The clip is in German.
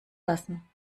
lassen